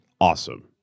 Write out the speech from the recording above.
Awesome